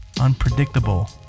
Unpredictable